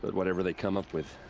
whatever they come up with.